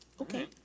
Okay